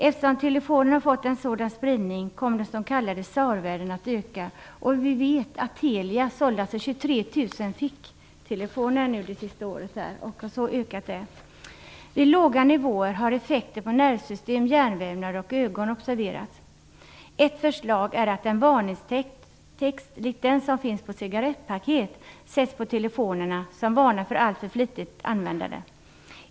Eftersom telefonerna har fått en sådan spridning kommer de s.k. SAR-värdena att öka. Det är bekant att Telia sålt 23 000 ficktelefoner under det senaste året och att försäljningen har ökat. Vid låga nivåer har effekter på nervsystem, hjärnvävnad och ögon observerats. Ett förslag är att en varningstext lik den som finns på cigarettpaket sätts på telefonerna för att varna för alltför flitigt användande.